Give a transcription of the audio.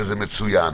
וזה מצוין.